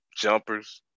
jumpers